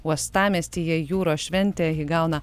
uostamiestyje jūros šventė įgauna